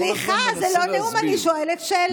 סליחה, זה לא נאום, אני שואלת שאלה.